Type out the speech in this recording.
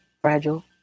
fragile